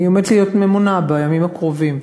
היא עומדת להיות ממונה, בימים הקרובים.